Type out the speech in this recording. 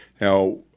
now